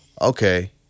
okay